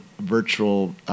virtual